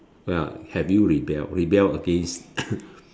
ya have you rebelled rebel against